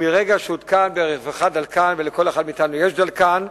מרגע שהותקן ברכבך דלקן, ולכל אחד מאתנו יש דלקן,